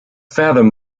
fathom